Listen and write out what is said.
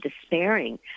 despairing